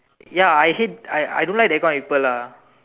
ya I hate I I don't like that kind of people lah